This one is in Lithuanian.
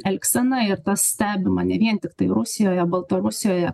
elgsena ir tas stebima ne vien tiktai rusijoje baltarusijoje